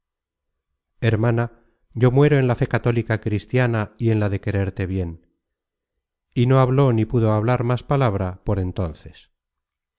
dijo hermana yo muero en la fe católica cristiana y en la de quererte bien y no habló ni pudo hablar más palabra por entonces